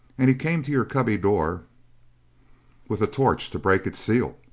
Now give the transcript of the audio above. and he came to your cubby door with a torch to break its seal,